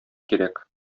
кирәк